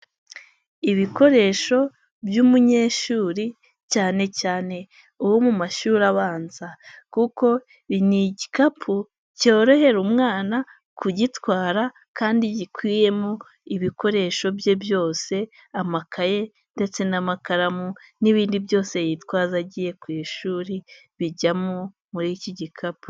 Ibikoresho by'umunyeshuri, cyane cyane uwo mu mashuri abanza, kuko ni igikapu cyorohera umwana kugitwara kandi gikwiyemo ibikoresho bye byose, amakaye ndetse n'amakaramu, n'ibindi byose yitwaza, agiye ku ishuri bijyamo muri iki gikapu.